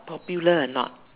popular or not